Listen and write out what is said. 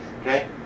Okay